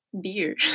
beer